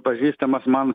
pažįstamas man